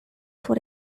for